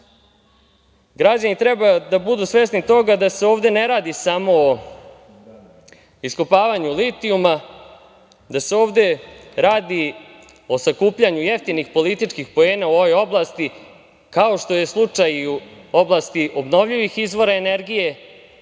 Građani treba da budu svesni toga da se ovde ne radi samo o iskopavanju litijuma, da se ovde radi o sakupljanju jeftinih političkih poena u ovoj oblasti, kao što je slučaj i u oblasti obnovljivih izvora energije. Takođe